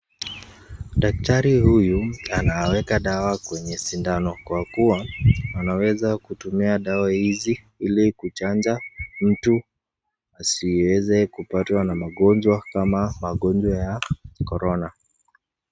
Daktari huyu anaweka dawa kwenye sindano kwa kuwa ameweza kutumia dawa hizi ili kichanja mtu asiweze kupatwa na magonjwa kama magonjwa ya Corona.